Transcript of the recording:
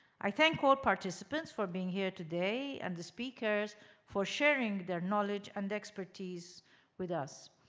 i thank all participants for being here today and the speakers for sharing their knowledge and expertise with us.